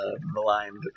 maligned